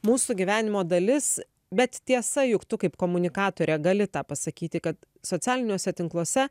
mūsų gyvenimo dalis bet tiesa juk tu kaip komunikatorė gali tą pasakyti kad socialiniuose tinkluose